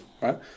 right